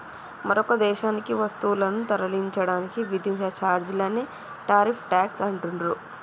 మరొక దేశానికి వస్తువులను తరలించడానికి విధించే ఛార్జీలనే టారిఫ్ ట్యేక్స్ అంటుండ్రు